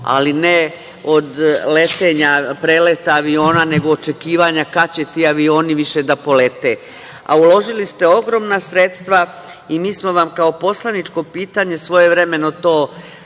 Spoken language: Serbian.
ali ne od letenja, preleta aviona, nego očekivanja kada će ti avioni više da polete. Uložili ste ogromna sredstva, i mi smo vam kao poslaničko pitanje svojevremeno to odavde